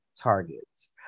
targets